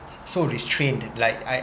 so restrained like I